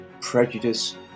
prejudice